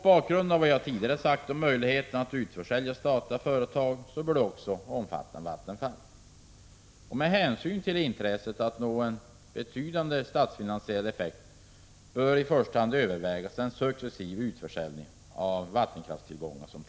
Vad jag tidigare har sagt om möjligheten att utförsälja statliga företag bör också omfatta Vattenfall. Med hänsyn till intresset av att nå en betydande statsfinansiell effekt bör i första hand övervägas en successiv utförsäljning av statens vattenkraftstillgångar.